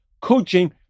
coaching